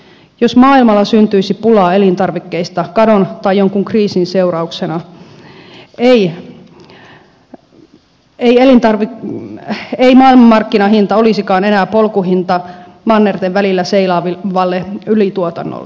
jos maailmalla syntyisi pulaa elintarvikkeista kadon tai jonkin kriisin seurauksena ei maailmanmarkkinahinta olisikaan enää polkuhinta mannerten välillä seilaavalle ylituotannolle